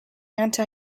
anti